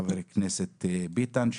חבר הכנסת ביטן.